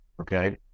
okay